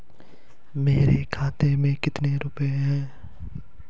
मेरे खाते में कितने रुपये हैं?